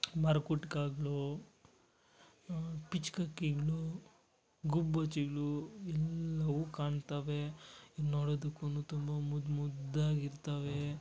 ಮರಕುಟ್ಗಗ್ಳು ಪಿಚ್ಕ ಹಕ್ಕಿಗ್ಳು ಗುಬ್ಬಚ್ಚಿಗಳು ಎಲ್ಲವು ಕಾಣ್ತವೆ ಇದು ನೋಡೋದಕ್ಕೂ ತುಂಬ ಮುದ್ದು ಮುದ್ದಾಗಿ ಇರ್ತವೆ